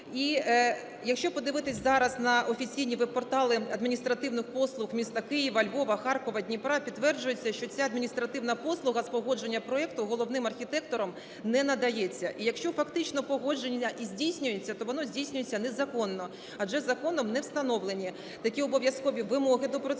І якщо подивитися зараз на офіційні веб-портали адміністративних послуг міста Києва, Львова, Харкова, Дніпра підтверджується, що ця адміністративна послуга з погодження проекту головним архітектором не надається. І якщо фактично погодження і здійснюється, то воно здійснюється незаконно, адже законом не встановлені такі обов'язкові вимоги до процедури,